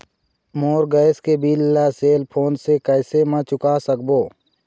मोर gas के bill ला cell phone से कैसे म चुका सकबो?